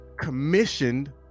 commissioned